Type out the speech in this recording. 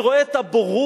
אני רואה את הבורות,